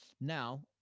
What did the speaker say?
Now